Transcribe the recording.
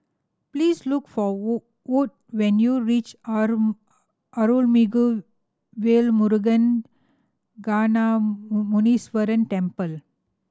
please look for Wood when you reach Are Arulmigu Velmurugan Gnanamuneeswarar Temple